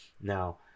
now